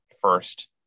first